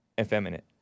effeminate